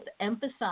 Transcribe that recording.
emphasize